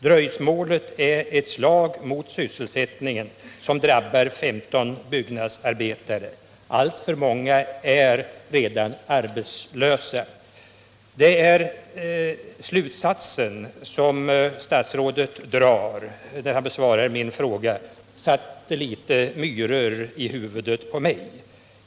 Dröjsmålet är ett slag mot sysselsättningen som drabbar 15 byggnadsarbetare. Alltför många är redan arbetslösa. Den slutsats som statsrådet drog då han besvarade min fråga satte litet myror i huvudet på mig.